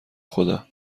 خدا